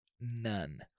None